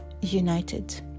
united